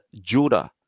Judah